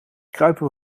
kruipen